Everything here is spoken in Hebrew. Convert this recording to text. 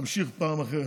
אמשיך פעם אחרת.